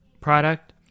product